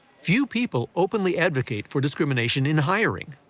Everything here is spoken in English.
few people openly advocate for discrimination in hiring,